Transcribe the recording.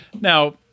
Now